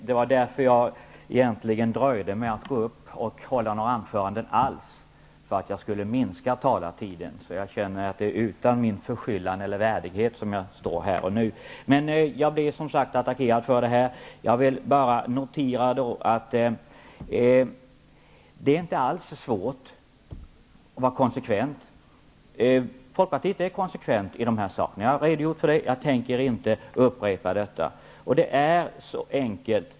Fru talman! Det var för att minska taletiden som jag dröjde med att hålla något anförande alls. Jag känner att det är utan min förskyllan eller värdighet som jag står här nu. Jag blev emellertid attackerad för att inte tala här. Jag vill notera att det inte alls är så svårt att vara konsekvent. Folkpartiets inställning är konsekvent i de här frågorna. Jag har redogjort därför och jag tänker inte upprepa det.